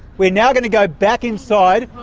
we're now going to go back inside.